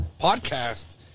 podcast